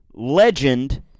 Legend